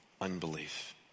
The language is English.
unbelief